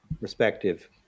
respective